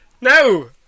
No